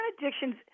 addictions